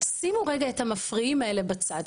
שימו רגע את המפריעים האלה בצד,